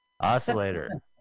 Oscillator